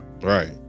right